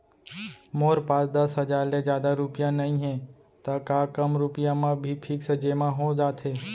मोर पास दस हजार ले जादा रुपिया नइहे त का कम रुपिया म भी फिक्स जेमा हो जाथे?